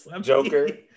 Joker